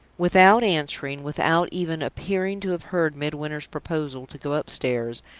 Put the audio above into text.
without answering, without even appearing to have heard midwinter's proposal to go upstairs,